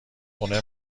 خونه